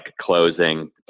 closing